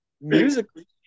musically